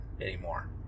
anymore